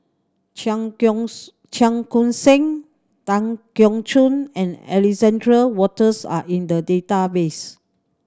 Cheong Cheong Koon Seng Tan Keong Choon and Alexander Wolters are in the database